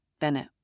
Bennett